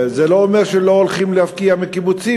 זה לא אומר שלא הולכים להפקיע מקיבוצים,